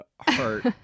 heart